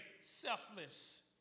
selfless